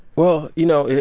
well, you know